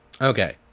Okay